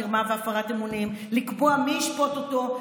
מרמה והפרת אמונים לקבוע מי ישפוט אותו,